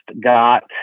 got